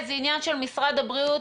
זה עניין של משרד הבריאות.